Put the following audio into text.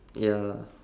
ya